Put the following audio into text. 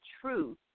truth